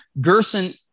Gerson